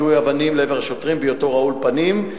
יידוי אבנים לעבר השוטרים בהיותו רעול פנים,